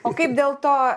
o kaip dėl to